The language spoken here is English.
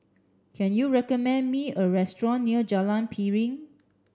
can you recommend me a restaurant near Jalan Piring